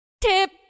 Tip